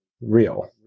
real